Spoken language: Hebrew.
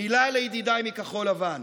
מילה לידידיי מכחול לבן: